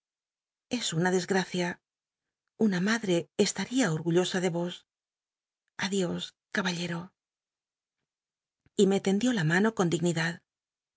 es una desgracia una madre estaría orguos adios caballero y me tendió la mano con dignidad